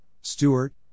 Stewart